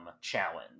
challenge